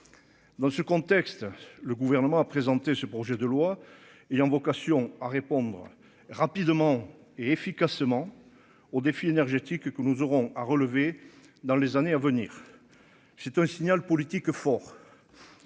dans ce contexte, le gouvernement a présenté ce projet de loi ayant vocation à répondre rapidement et efficacement aux défis énergétiques que nous aurons à relever dans les années à venir, c'est un signal politique fort,